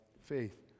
faith